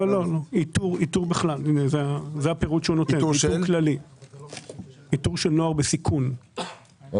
לא, זה לאיתור של נוער בסיכון,